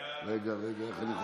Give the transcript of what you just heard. אה, רגע, זו